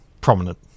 Prominent